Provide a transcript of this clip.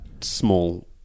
small